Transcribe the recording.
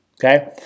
Okay